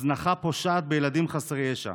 הזנחה פושעת של ילדים חסרי ישע.